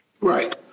Right